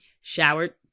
showered